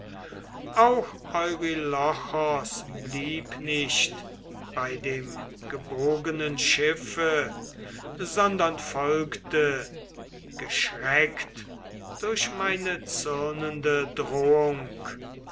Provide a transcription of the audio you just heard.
auch eurylochos blieb nicht bei dem gebogenen schiffe sondern folgte geschreckt durch meine zürnende drohung